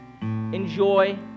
enjoy